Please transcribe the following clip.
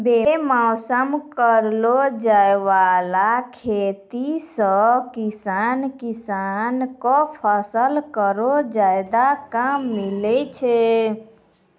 बेमौसम करलो जाय वाला खेती सें किसान किसान क फसल केरो जादा दाम मिलै छै